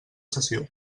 sessió